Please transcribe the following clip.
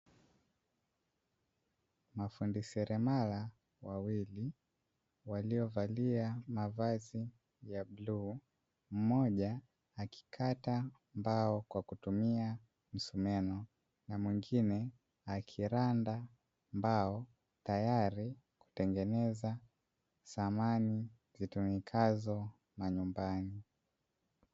Mafundi ndio seremala, wawili, waliovaalia mavazi ya bluu. Mmoja akikata mbao kwa kutumia msumemo, na mwingine akiranda mbao tayari, kutengeneza samani zitumikaza majumbani.